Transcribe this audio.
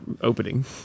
opening